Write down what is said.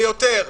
ליותר,